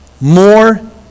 More